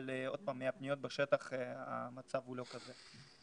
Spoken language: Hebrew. אבל עוד פעם מהפניות בשטח המצב הוא לא כזה.